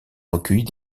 recueilli